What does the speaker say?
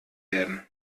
werden